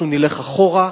אנחנו נלך אחורה,